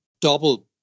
double